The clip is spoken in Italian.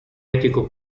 etico